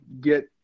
get